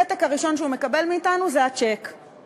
הפתק הראשון שהוא מקבל מאתנו זה הצ'ק,